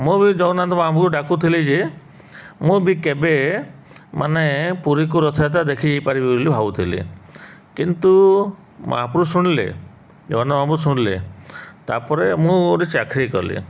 ମୁଁ ବି ଜଗନ୍ନାଥ ମହାପୁରୁ ଡାକୁଥିଲି ଯେ ମୁଁ ବି କେବେ ମାନେ ପୁରୀକୁ ରଥଯାତ୍ରା ଦେଖି ପାରିବି ବୋଲି ଭାବୁଥିଲେି କିନ୍ତୁ ମହାପୁରୁ ଶୁଣିଲେ ଜଗନ୍ନାଥ ମହାପୁରୁ ଶୁଣିଲେ ତା'ପରେ ମୁଁ ଗୋଟେ ଚାକିରି କଲି